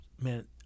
man